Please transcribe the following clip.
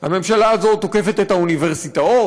הממשלה הזאת תוקפת את האוניברסיטאות,